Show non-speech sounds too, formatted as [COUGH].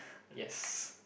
[NOISE] yes